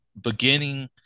beginning